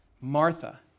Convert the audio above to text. Martha